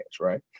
right